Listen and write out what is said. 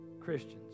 Christians